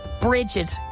Bridget